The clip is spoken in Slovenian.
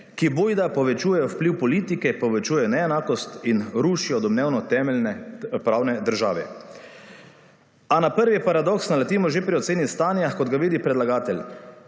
ki bojda povečujejo vpliv politike, povečuje neenakost in rušijo domnevno temeljne pravne države. A na prvi paradoks naletimo že pri oceni stanja, kot ga vidi predlagatelj.